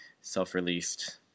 self-released